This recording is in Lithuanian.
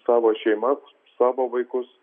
savo šeimas savo vaikus